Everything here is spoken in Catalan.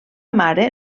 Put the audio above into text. mare